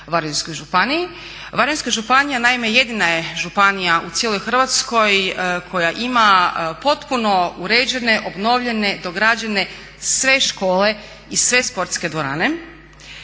Varaždinskoj županiji. Varaždinska županija naime jedina je županija u cijeloj Hrvatskoj koja ima potpuno uređene, obnovljene, dograđene sve škole i sve sportske dvorane